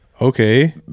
okay